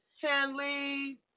Hanley